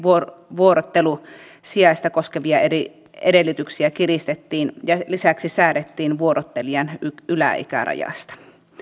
vuorottelusijaista koskevia eri edellytyksiä kiristettiin ja lisäksi säädettiin vuorottelijan yläikärajasta